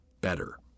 better